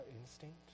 instinct